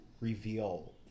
reveal